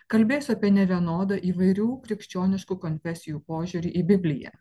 kalbėsiu apie nevienodą įvairių krikščioniškų konfesijų požiūrį į bibliją